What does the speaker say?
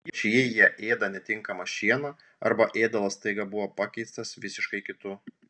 ypač jei jie ėda netinkamą šieną arba ėdalas staiga buvo pakeistas visiškai kitu